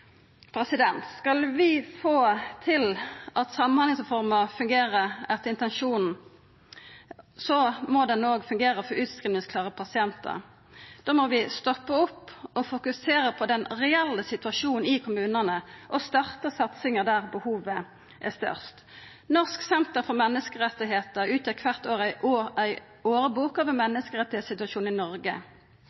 Skal vi få Samhandlingsreforma til å fungera etter intensjonen, må ho òg fungera for utskrivingsklare pasientar. Då må vi stoppa opp og fokusera på den reelle situasjonen i kommunane og starta satsinga der behovet er størst. Norsk senter for menneskerettigheter utgir kvart år ei årbok over menneskerettssituasjonen i Noreg.